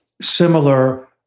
similar